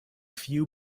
few